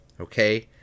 Okay